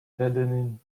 deadening